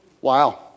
Wow